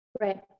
Right